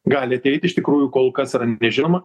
gali tai iš tikrųjų kol kas yra nežinoma